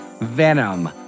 Venom